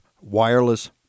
wireless